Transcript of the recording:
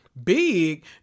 big